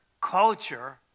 culture